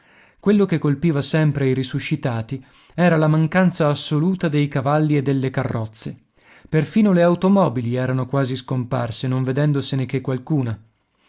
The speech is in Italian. quello che colpiva sempre i risuscitati era la mancanza assoluta dei cavalli e delle carrozze perfino le automobili erano quasi scomparse non vedendosene che qualcuna